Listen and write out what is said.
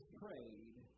prayed